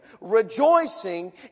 Rejoicing